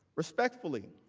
respectfully,